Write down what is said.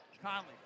Conley